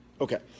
okay